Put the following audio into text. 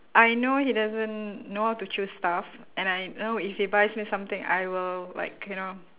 I know he doesn't know how to choose stuff and I know if he buys me something I will like you know